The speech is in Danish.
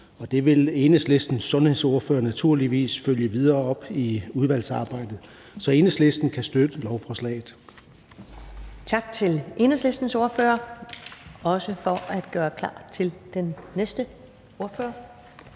det vil Enhedslistens sundhedsordfører naturligvis følge videre op på i udvalgsarbejdet. Så Enhedslisten kan støtte lovforslaget.